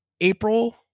April